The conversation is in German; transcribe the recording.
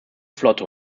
flotte